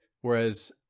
Whereas